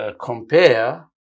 compare